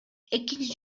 экинчи